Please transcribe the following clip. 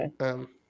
Okay